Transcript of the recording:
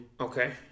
Okay